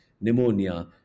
pneumonia